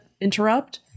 interrupt